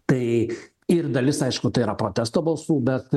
tai ir dalis aišku tai yra protesto balsų bet